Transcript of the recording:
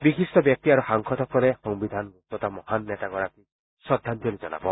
বিশিট ব্যক্তি আৰু সাংসদসকলে সংবিধান ৰচোতা মহান নেতাগৰাকীক শ্ৰদ্ধাঞ্জলি জনাব